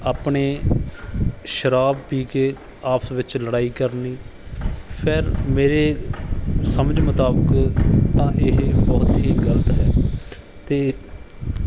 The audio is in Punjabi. ਆਪਣੇ ਸ਼ਰਾਬ ਪੀ ਕੇ ਆਪਸ ਵਿੱਚ ਲੜਾਈ ਕਰਨੀ ਫਿਰ ਮੇਰੇ ਸਮਝ ਮੁਤਾਬਕ ਤਾਂ ਇਹ ਬਹੁਤ ਹੀ ਗਲਤ ਹੈ ਅਤੇ